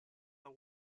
the